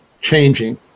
changing